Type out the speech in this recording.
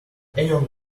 anyone